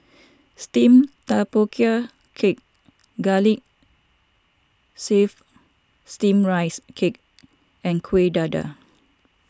Steamed Tapioca Cake Garlic Chives Steamed Rice Cake and Kuih Dadar